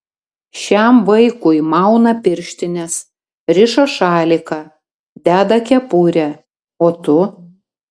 šiam vaikui mauna pirštines riša šaliką deda kepurę o tu